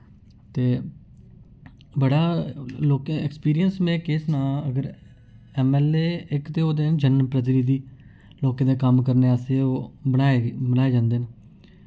ते बड़ा लोकें एक्सपीरियंस में केह् सनां अगर ऐम्मऐल्लए इक ते होंदे जन प्रतिनिधि लोकें दे कम्म करने आस्तै ओह् बनाए बनाए जंदे न